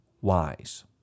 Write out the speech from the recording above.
wise